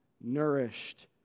nourished